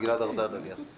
גלעד ארדן, נניח.